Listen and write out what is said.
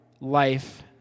life